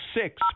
six